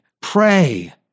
Pray